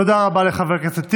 תודה רבה לחבר הכנסת טיבי.